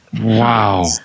Wow